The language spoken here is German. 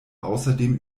außerdem